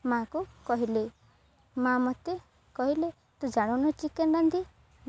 ମା'କୁ କହିଲେ ମା' ମୋତେ କହିଲେ ତୁ ଜାଣୁନା ଚିକେନ ରାନ୍ଧି